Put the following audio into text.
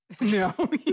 no